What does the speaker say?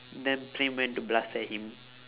then praem went to blast at him